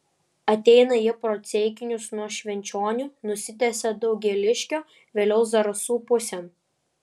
ateina ji pro ceikinius nuo švenčionių nusitęsia daugėliškio vėliau zarasų pusėn